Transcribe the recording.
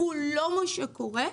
הוא לא מה קורה,